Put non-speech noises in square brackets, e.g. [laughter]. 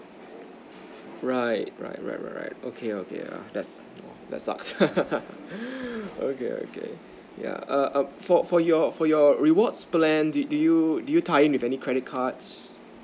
right right right right right okay okay yeah that's that's sucks [laughs] okay okay yeah err for for your for your rewards plans do do you do you tie with any credit cards